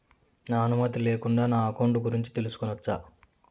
నా అనుమతి లేకుండా నా అకౌంట్ గురించి తెలుసుకొనొచ్చా?